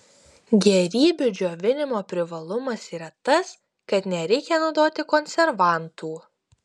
gėrybių džiovinimo privalumas yra tas kad nereikia naudoti konservantų